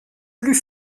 plus